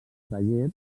taller